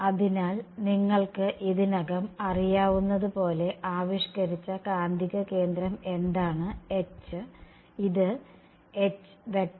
അതിനാൽ നിങ്ങൾക്ക് ഇതിനകം അറിയാവുന്നതുപോലെ ആവിഷ്കരിച്ച കാന്തികക്ഷേത്രം എന്താണ് ഇത് Hi13uiTi